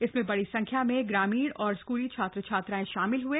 इसमें बड़ी संख्या में ग्रामीण और स्कूली छात्र छात्राएं शामिल हए